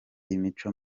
imico